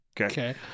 Okay